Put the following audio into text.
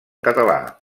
català